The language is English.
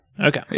Okay